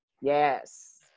Yes